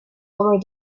over